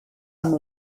amb